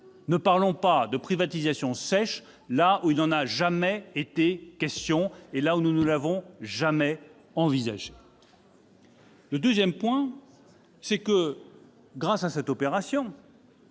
Ne parlons pas de privatisation sèche là où il n'en a jamais été question et là où nous ne l'avons jamais envisagé ! Grâce à cette opération,